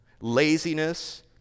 laziness